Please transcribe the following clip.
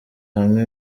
hamwe